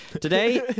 Today